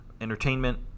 entertainment